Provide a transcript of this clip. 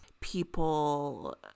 people